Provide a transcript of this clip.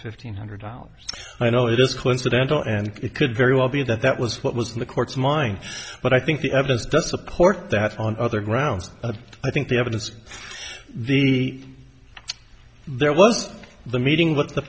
fifteen hundred dollars i know it is close to that though and it could very well be that that was what was in the court's mind but i think the evidence does support that on other grounds i think the evidence the there was the meeting with the